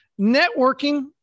networking